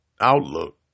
Outlook